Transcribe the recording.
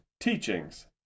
teachings